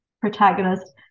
protagonist